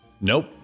Nope